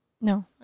No